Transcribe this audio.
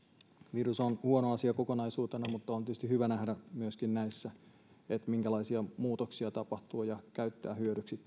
virus ovat huono asia kokonaisuutena on tietysti hyvä nähdä myöskin minkälaisia muutoksia näissä tapahtuu ja ja käyttää hyödyksi